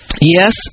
yes